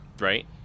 Right